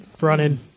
running